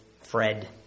Fred